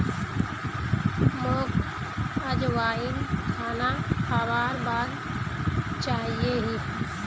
मोक अजवाइन खाना खाबार बाद चाहिए ही